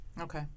Okay